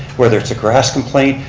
whether it's a grass complaint,